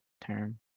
term